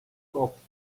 coptic